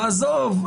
עזוב,